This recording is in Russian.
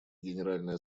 генеральной